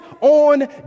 on